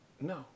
No